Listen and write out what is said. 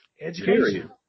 education